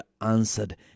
answered